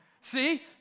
See